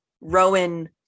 Rowan